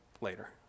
later